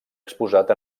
exposat